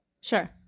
sure